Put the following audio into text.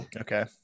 okay